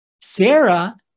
Sarah